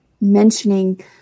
mentioning